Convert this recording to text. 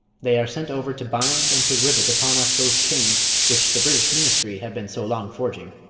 they are sent over to bind and to rivet upon us those chains which the british ministry have been so long forging.